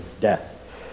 death